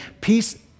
peace